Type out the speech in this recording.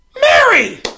Mary